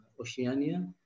Oceania